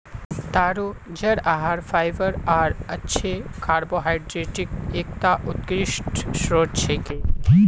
तारो जड़ आहार फाइबर आर अच्छे कार्बोहाइड्रेटक एकता उत्कृष्ट स्रोत छिके